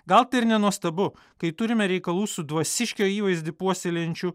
gal tai ir nenuostabu kai turime reikalų su dvasiškio įvaizdį puoselėjančiu